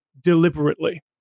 deliberately